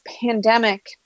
pandemic